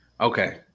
Okay